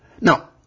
Now